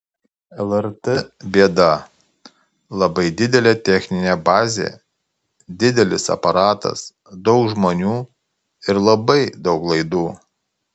lrt bėda labai didelė techninė bazė didelis aparatas daug žmonių ir labai daug laidų